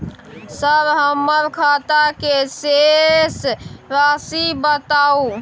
Sir हमर खाता के शेस राशि बताउ?